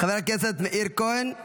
חבר הכנסת מאיר כהן,